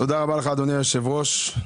תודה רבה לך אדוני היושב ראש.